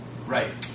right